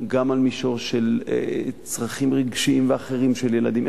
גם על מישור של צרכים רגשיים ואחרים של ילדים.